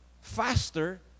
faster